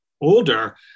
older